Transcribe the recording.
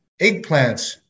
eggplants